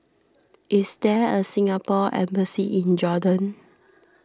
is there a Singapore Embassy in Jordan